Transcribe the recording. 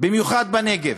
במיוחד בנגב.